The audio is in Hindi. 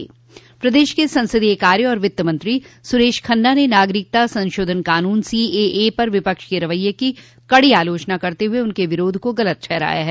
प्रदेश के संसदीय कार्य और वित्त मंत्री सुरेश खन्ना ने नागरिकता संशोधन क़ानून सीएए पर विपक्ष के रवैये की कड़ी आलोचना करते हुए उनके विरोध को गलत ठहराया है